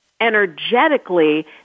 energetically